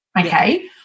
Okay